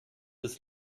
des